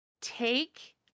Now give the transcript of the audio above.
Take